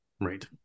Right